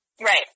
Right